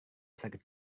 sakit